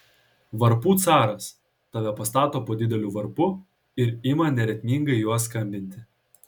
varpų caras tave pastato po dideliu varpu ir ima neritmingai juo skambinti